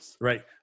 Right